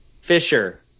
Fisher